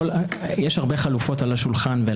יש הרבה חלופות על השולחן.